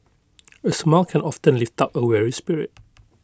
A smile can often lift up A weary spirit